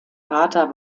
vater